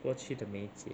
过去的媚姐